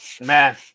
Man